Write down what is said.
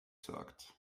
sorgt